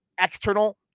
external